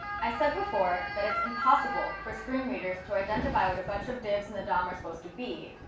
i said before that it's impossible for screen readers to identify what a bunch of divs in the dom are supposed to be.